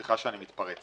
סליחה שאני מתפרץ.